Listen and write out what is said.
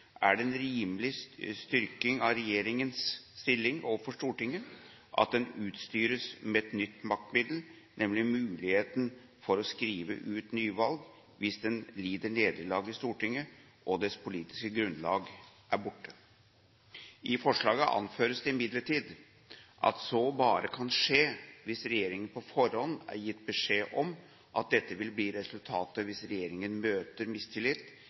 er det en rimelig styrking av regjeringens stilling overfor Stortinget at den utstyres med et nytt maktmiddel, nemlig muligheten for å skrive ut nyvalg hvis den lider nederlag i Stortinget – og dens politiske grunnlag er borte. I forslaget anføres det imidlertid at så bare kan skje hvis regjeringen på forhånd har gitt beskjed om at dette vil bli resultatet hvis regjeringen møter mistillit